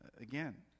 Again